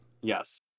Yes